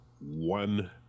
one